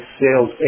sales